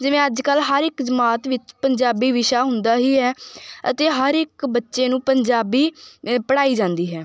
ਜਿਵੇਂ ਅੱਜ ਕੱਲ੍ਹ ਹਰ ਇੱਕ ਜਮਾਤ ਵਿੱਚ ਪੰਜਾਬੀ ਵਿਸ਼ਾ ਹੁੰਦਾ ਹੀ ਹੈ ਅਤੇ ਹਰ ਇੱਕ ਬੱਚੇ ਨੂੰ ਪੰਜਾਬੀ ਅ ਪੜ੍ਹਾਈ ਜਾਂਦੀ ਹੈ